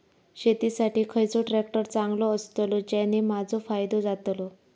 शेती साठी खयचो ट्रॅक्टर चांगलो अस्तलो ज्याने माजो फायदो जातलो?